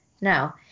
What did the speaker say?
no